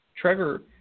Trevor